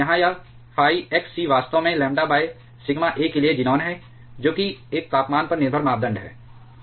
यहाँ यह phi xc वास्तव में लैम्ब्डा सिग्मा a के लिए ज़ीनान है जोकि एक तापमान पर निर्भर मापदण्ड है